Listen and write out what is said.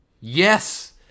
Yes